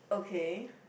okay